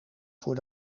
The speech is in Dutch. voor